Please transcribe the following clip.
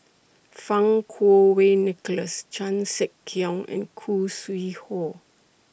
Fang Kuo Wei Nicholas Chan Sek Keong and Khoo Sui Hoe